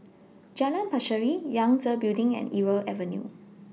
Jalan Pacheli Yangtze Building and Irau Avenue